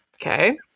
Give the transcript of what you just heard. okay